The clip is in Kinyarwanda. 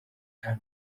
hano